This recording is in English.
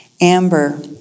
Amber